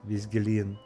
vis gilyn